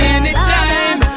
anytime